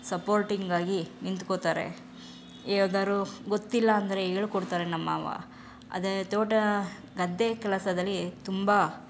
ಸಪೋರ್ಟಿಂಗಾಗಿ ನಿಂತ್ಕೊಳ್ತಾರೆ ಯಾವ್ದಾದ್ರು ಗೊತ್ತಿಲ್ಲ ಅಂದರೆ ಹೇಳಿಕೊಡ್ತಾರೆ ನಮ್ಮ ಮಾವ ಅದೇ ತೋಟ ಗದ್ದೆ ಕೆಲಸದಲ್ಲಿ ತುಂಬ